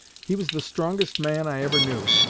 he was the strongest man i ever knew,